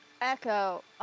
Echo